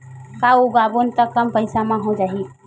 का उगाबोन त कम पईसा म हो जाही?